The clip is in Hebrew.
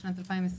בשנת 2020